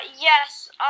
Yes